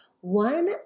One